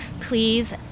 please